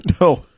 No